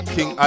King